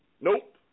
Nope